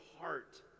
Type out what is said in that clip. heart